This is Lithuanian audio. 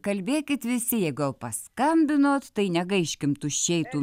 kalbėkit visi jeigu jau paskambinot tai negaiškim tuščiai tų